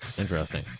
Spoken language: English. Interesting